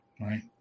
Right